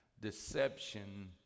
deception